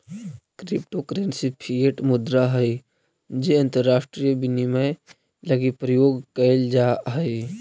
crypto currency fiat मुद्रा हइ जे अंतरराष्ट्रीय विनिमय लगी प्रयोग कैल जा हइ